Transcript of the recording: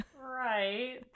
Right